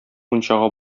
мунчага